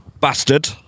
Bastard